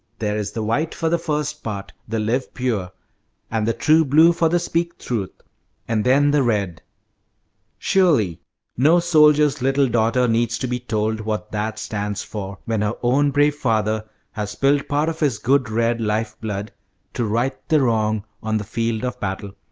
there is the white for the first part, the live pure and the true blue for the speak truth and then the red surely no soldier's little daughter needs to be told what that stands for, when her own brave father has spilled part of his good red life-blood to right the wrong on the field of battle.